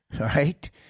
right